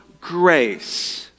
grace